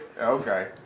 okay